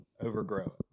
overgrow